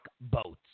boats